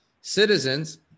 citizens